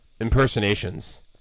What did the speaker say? impersonations